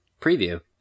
preview